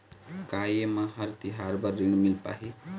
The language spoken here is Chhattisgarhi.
का ये म हर तिहार बर ऋण मिल पाही?